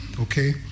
Okay